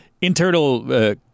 internal